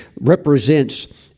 represents